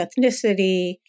ethnicity